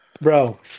Bro